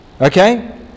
Okay